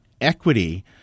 Equity –